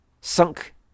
sunk